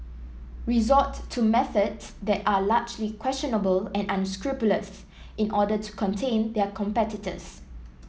resort to methods that are largely questionable and unscrupulous in order to contain their competitors